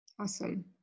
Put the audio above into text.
Awesome